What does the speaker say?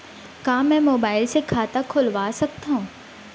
का मैं मोबाइल से खाता खोलवा सकथव?